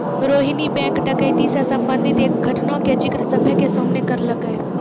Rohini bank डकैती से संबंधित एक घटना के जिक्र सभ्भे के सामने करलकै